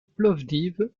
plovdiv